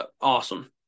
awesome